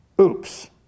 Oops